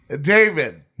David